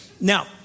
Now